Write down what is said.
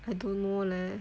I don't know leh